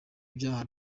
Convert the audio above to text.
ibyaha